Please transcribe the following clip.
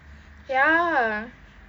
ya